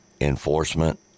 enforcement